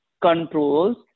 controls